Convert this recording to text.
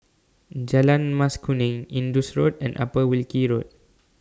Jalan Mas Kuning Indus Road and Upper Wilkie Road